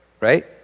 right